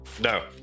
No